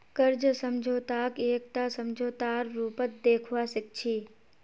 कर्ज समझौताक एकटा समझौतार रूपत देखवा सिख छी